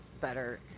better